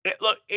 Look